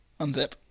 Unzip